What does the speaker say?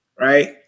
Right